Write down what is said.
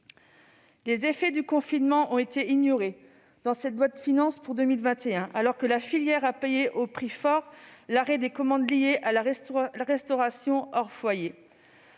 Les effets du confinement sont ignorés dans ce projet de loi de finances pour 2021, alors que la filière a payé au prix fort l'arrêt des commandes liées à la restauration hors foyer.